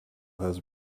has